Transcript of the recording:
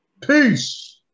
Peace